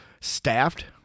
staffed